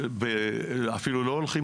האם זו רק בת הזוג?